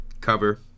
cover